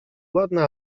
ładne